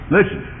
Listen